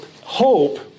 hope